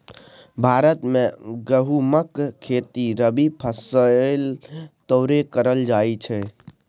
भारत मे गहुमक खेती रबी फसैल तौरे करल जाइ छइ